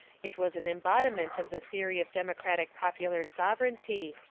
it was an embodiment of the theory of democratic popular sovereignty,